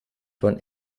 von